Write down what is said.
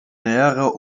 näherer